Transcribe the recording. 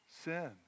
sin